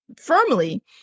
firmly